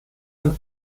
and